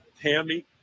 Tammy